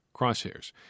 crosshairs